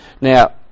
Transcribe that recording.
now